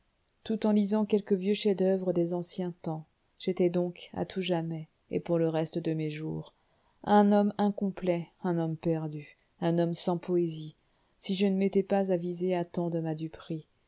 tout en lisant quelque vieux chef-d'oeuvre des anciens temps j'étais donc à tout jamais et pour le reste de mes jours un homme incomplet un homme perdu un homme sans poésie si je ne m'étais pas avisé à temps de